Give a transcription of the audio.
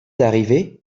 arrivé